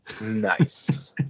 Nice